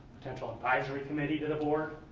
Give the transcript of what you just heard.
potential advisory committee to the board